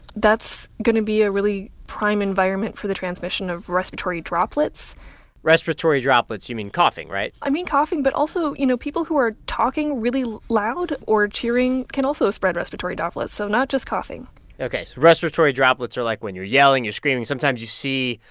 that's going to be a really prime environment for the transmission of respiratory droplets respiratory droplets you mean coughing, right? i mean coughing, but also, you know, people who are talking really loud or cheering can also spread respiratory so not just coughing ok. so respiratory droplets are, like, when you're yelling you're screaming sometimes you see,